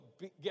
get